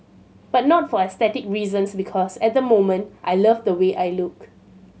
but not for aesthetic reasons because at the moment I love the way I look